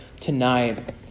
tonight